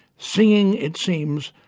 singing, it seems,